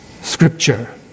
Scripture